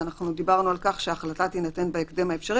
ואנחנו דיברנו על כך שההחלטה תינתן בהקדם האפשרי